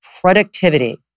productivity